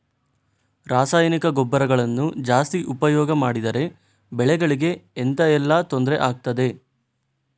ರಾಸಾಯನಿಕ ಗೊಬ್ಬರಗಳನ್ನು ಜಾಸ್ತಿ ಉಪಯೋಗ ಮಾಡಿದರೆ ಬೆಳೆಗಳಿಗೆ ಎಂತ ಎಲ್ಲಾ ತೊಂದ್ರೆ ಆಗ್ತದೆ?